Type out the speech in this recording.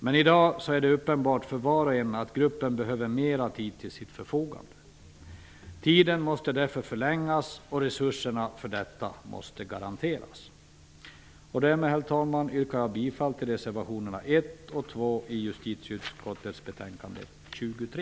I dag är det uppenbart för var och en att gruppen behöver mera tid till sitt förfogande. Tiden måste därför förlängas och resurser måste garanteras. Herr talman! Därmed yrkar jag bifall till reservationerna 1 och 2 som är fogade till justitieutskottets betänkande 23.